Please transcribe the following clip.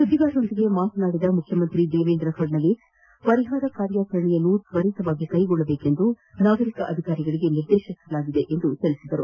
ಸುದ್ದಿಗಾರರೊಂದಿಗೆ ಮಾತನಾಡಿದ ಮುಖ್ಯಮಂತ್ರಿ ದೇವೇಂದ್ರ ಫಡಣವೀಸ್ ಪರಿಹಾರ ಕಾರ್ಯಾಚರಣೆಯನ್ನು ತ್ವರಿತವಾಗಿ ಕೈಗೊಳ್ಳುವಂತೆ ನಾಗರಿಕ ಅಧಿಕಾರಿಗಳಿಗೆ ನಿರ್ದೇತಿಸಲಾಗಿದೆ ಎಂದು ತಿಳಿಸಿದರು